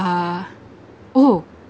uh oh